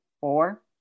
Four